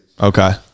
okay